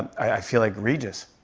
i feel like regis.